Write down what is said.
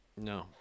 No